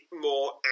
more